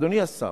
אדוני השר,